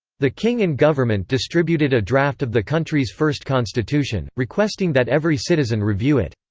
the king and government distributed a draft of the country's first constitution, requesting that every citizen review it.